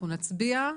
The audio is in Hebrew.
אנחנו נצביע.